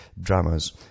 dramas